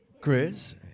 chris